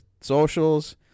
socials